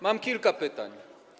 Mam kilka pytań.